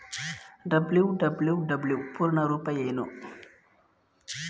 WWW ಪೂರ್ಣ ರೂಪ ಏನು?